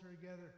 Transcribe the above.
together